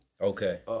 Okay